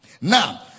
Now